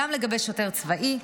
גם לגבי שוטר צבאי,